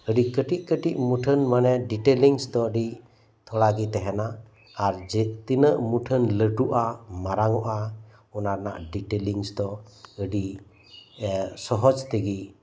ᱟᱰᱤ ᱠᱟᱴᱤᱡ ᱠᱟᱴᱤᱡ ᱢᱩᱴᱷᱟᱹᱱ ᱢᱟᱱᱮ ᱰᱤᱴᱮᱞᱤᱝᱥ ᱫᱚ ᱟᱰᱤ ᱛᱷᱚᱲᱟ ᱜᱮ ᱛᱟᱦᱮᱱᱟ ᱟᱨ ᱡᱮ ᱛᱤᱱᱟᱹᱜ ᱢᱩᱴᱷᱟᱹᱱ ᱞᱟᱹᱴᱩᱜᱼᱟ ᱢᱟᱨᱟᱝᱚᱜᱼᱟ ᱚᱱᱟᱨᱮᱱᱟᱜ ᱰᱤᱴᱮᱞᱤᱝᱥ ᱫᱚ ᱟᱰᱤ ᱮ ᱥᱚᱦᱚᱡᱽ ᱛᱮᱜᱮ